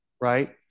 right